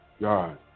God